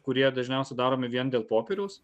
kurie dažniausiai daromi vien dėl popieriaus